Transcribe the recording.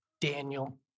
Daniel